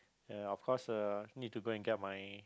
ya of course uh need to go and get my